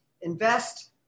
invest